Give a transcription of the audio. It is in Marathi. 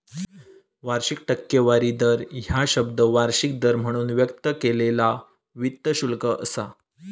वार्षिक टक्केवारी दर ह्या शब्द वार्षिक दर म्हणून व्यक्त केलेला वित्त शुल्क असा